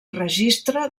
registre